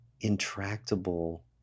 intractable